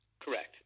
Correct